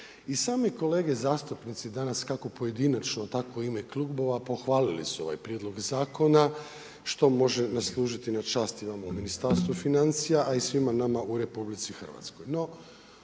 I sami kolege zastupnici danas kako pojedinačno, tako u ime klubova, pohvalili su ovaj prijedlog zakona, što može služiti na čast i ovome Ministarstvu financija, a i svima nama u RH. No, ovdje